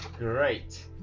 Great